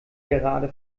gerade